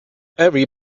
every